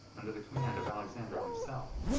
under the command of alexander himself,